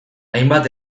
hainbat